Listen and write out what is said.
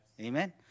Amen